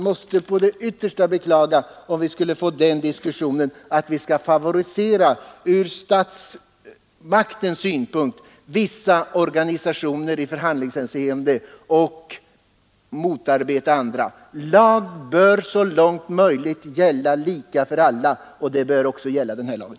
Det vore ytterst beklagligt om vi skulle få en sådan situation att statsmakten skulle favorisera. vissa organisationer i förhandlingshänseende och motarbeta andra. Lag bör så långt möjligt gälla lika för alla — också den här lagen.